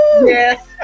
Yes